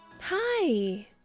Hi